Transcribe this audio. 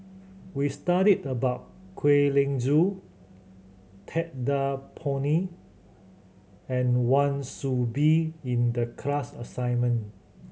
we studied about Kwek Leng Joo Ted De Ponti and Wan Soon Bee in the class assignment